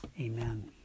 Amen